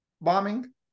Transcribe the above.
bombing